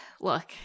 look